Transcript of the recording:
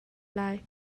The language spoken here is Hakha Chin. lai